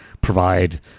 provide